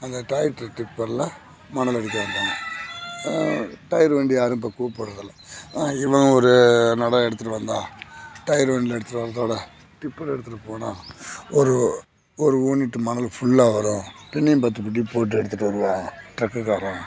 அந்த ட்ராக்டர் ட்ப்பர்ல மணல் அள்ளிகிட்டு வந்தாங்க டயர் வண்டி யாரும் இப்போ கூப்பிடுறதில்ல அதுக்கப்புறோம் ஒரு நட எடுத்துகிட்டு வந்தா டயர் வண்டியில எடுத்துகிட்டு வரத்தோட ட்ப்பர் எடுத்துகிட்டு போனா ஒரு ஒரு யூனிட் மணல் ஃபுல்லாக வரும் திருப்பியும் பத்து போட்டி போட்டு எடுத்துகிட்டு வருவான் ட்ரக்குகாரன்